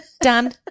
Done